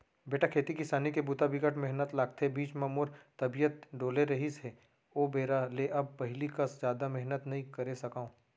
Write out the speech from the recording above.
बेटा खेती किसानी के बूता बिकट मेहनत लागथे, बीच म मोर तबियत डोले रहिस हे ओ बेरा ले अब पहिली कस जादा मेहनत नइ करे सकव